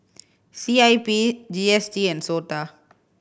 C I P G S T and SOTA